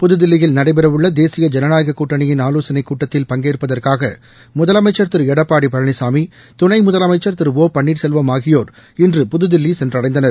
புதுதில்லியில் நடைபெறவுள்ள தேசிய ஜனநாயகக் கூட்டணியின் ஆவோசனைக் கூட்டத்தில் பங்கேற்பதற்காக முதலமைச்சர் திரு எடப்பாடி பழனிசாமி துணை முதலமைச்சர் திரு ஒ பன்னீர்செல்வம் ஆகியோர் இன்று புதுதில்லி சென்றடைந்தனர்